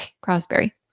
Crosby